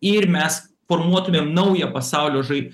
ir mes formuotumėm naują pasaulio žai